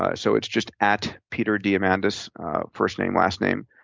ah so it's just at peterdiamandis, first name, last name.